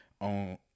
on